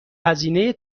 هزینه